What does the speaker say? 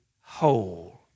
whole